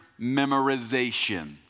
memorization